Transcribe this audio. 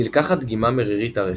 נלקחת דגימה מרירית הרחם,